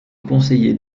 conseillers